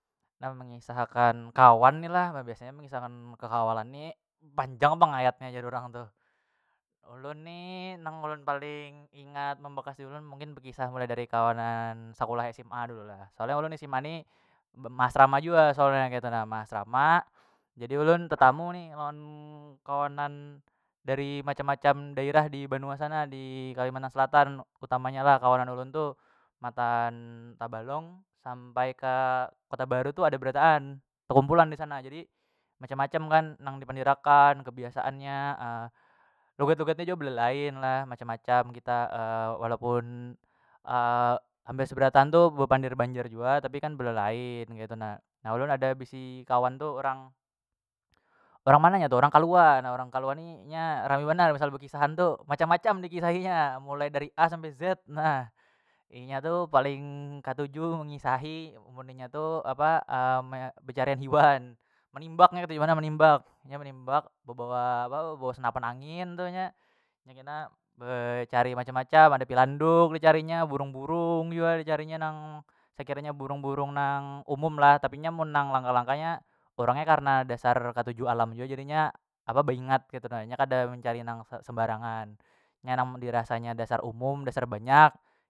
Nah mengisah akan kawan ni lah pa biasanya mengisahi kekawalan ni banjang pang ayatnya jar urang tuh, ulun ni nang ulun paling ingat membakas diulun mungkin bekisah mulai dari kawanan sakulah sma dulu lah soalnya ulun sma ni bemasrama jua soalnya ketu na measrama jadi ulun tetamu ni lawan kawanan dari macam- macam dairah di banua sana di kalimantan selatan utamanya lah kawanan ulun tu matan tabalong sampai ka kota baru tu ada berataan tekumpulan disana jadi macam- macam kan yang dipandir akan kebiasaan nya logat- logat nya jua belelain lah macam- macam kita walaupun hampir seberataan tu bepandir banjar jua tapi belelain ketu na nah ulun bisi kawan tu urang. Urang mana nya tu urang kalua nah urang kalua ni nya rami banar misal bekisahan tu macam- macam dikisahinya mulai dari a sampai z nah, inya tu paling katuju mengisahi mun inya tu apa me becarian hiwan menimbak nya tu hiwan menimbak inya menimbak bebawa apa bebawa senapan angin tu inya nya kena be cari macam- macam ada pilanduk dicarinya burung- burung jua dicarinya nang sekiranya burung- burung nang umum lah tapi nya mun nang langka- langka nya urang karna nya dasar katuju alam jua jadinya beingat nya kada mencari nang sembarangan nya mun dirasanya dasar umum dasar banyak.